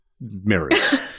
mirrors